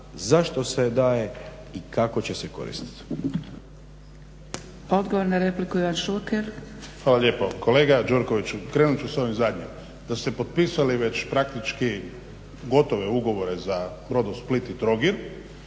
zašto se daje i kako će se koristit.